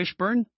Fishburne